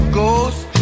ghost